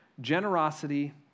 generosity